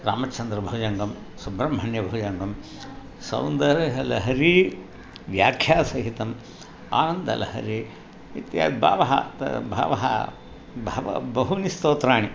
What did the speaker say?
रामचन्द्रभुजङ्गं सुब्रह्मण्यभुजङ्गं सौन्दर्यलहरी व्याख्यासहितम् आनन्दलहरी इत्यादि बहवः त बहवः बहवः बहूनि स्तोत्राणि